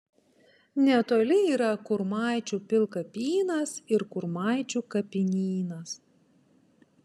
netoli yra kurmaičių pilkapynas ir kurmaičių kapinynas